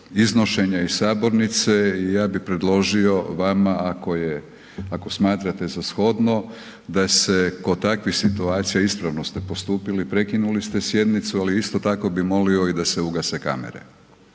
iznošenja iz sabornice i ja bi predložio vama ako smatrate za shodno, da se kod takvih situacija, ispravno ste postupili, prekinuli ste sjednicu ali isto tako bi molio i da se ugase kamere.